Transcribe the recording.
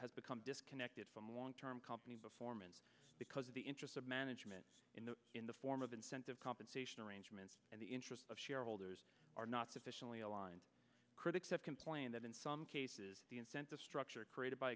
has become disconnected from long term company before mn because of the interests of management in the in the form of incentive compensation arrangements and the interests of shareholders are not sufficiently aligned critics have complained that in some cases the incentive structure created by